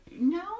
no